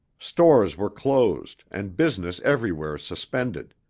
stores were closed and business everywhere suspended.